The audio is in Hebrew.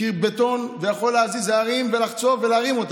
קיר בטון ויכול להזיז הרים, לחצוב ולהרים אותם.